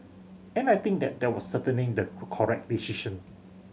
and I think that they were certain the correct decision